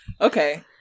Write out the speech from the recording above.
Okay